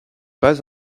pas